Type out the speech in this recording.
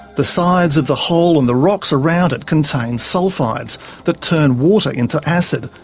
the sides of the hole and the rocks around it contain sulphides that turn water into acid,